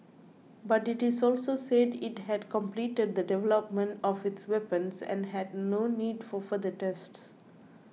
but it is also said it had completed the development of its weapons and had no need for further tests